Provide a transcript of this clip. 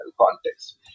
context